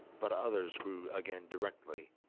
but others grew again directly,